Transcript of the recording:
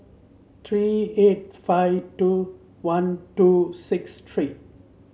three eight five two one two six three